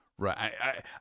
Right